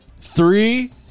Three